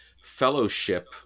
fellowship